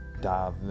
dive